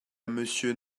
monsieur